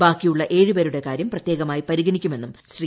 ബാക്കിയുള്ള ഏഴുപേരുടെ കാര്യം പ്രത്യേകമായി പരിഗണിക്കുമെന്നും ശ്രീ